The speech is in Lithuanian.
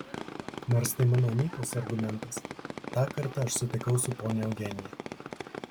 nors tai mano anytos argumentas tą kartą aš sutikau su ponia eugenija